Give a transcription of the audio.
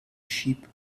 sheep